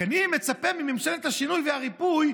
רק אני מצפה מממשלת השינוי והריפוי,